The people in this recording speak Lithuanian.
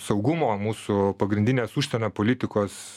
saugumo mūsų pagrindinės užsienio politikos